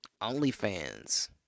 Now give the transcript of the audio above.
OnlyFans